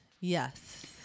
Yes